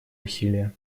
усилия